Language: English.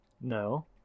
No